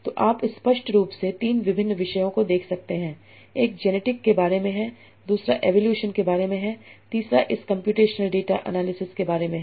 तो आप स्पष्ट रूप से 3 विभिन्न विषयों को देख सकते हैं एक जेनेटिक के बारे में है दूसरा एवोलुशन के बारे में है तीसरा इस कम्प्यूटेशनल डेटा एनालिसिस के बारे में है